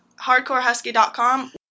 hardcorehusky.com